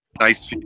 nice